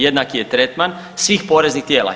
Jednaki je tretman svih poreznih tijela.